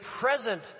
present